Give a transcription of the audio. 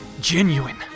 genuine